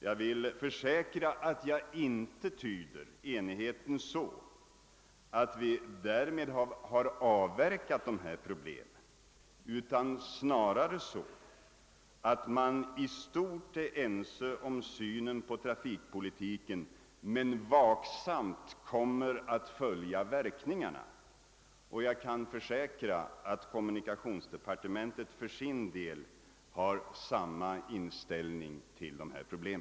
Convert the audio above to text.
Jag tyder inte enigheten så att vi därmed har avverkat dessa problem utan snarare så, att man i stort sett är ense om synen på trafikpolitiken men vaksamt kommer att följa verkningarna. Jag kan försäkra att vi i kommunikationsdepartementet har samma inställning till dessa problem.